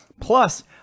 Plus